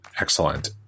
Excellent